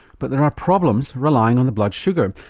but there are problems relying on the blood sugar.